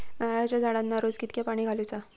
नारळाचा झाडांना रोज कितक्या पाणी घालुचा?